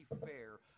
fair